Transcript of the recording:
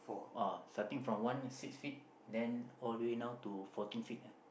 !wah! starting from one six feet then all the way now to fourteen feet ah